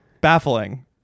baffling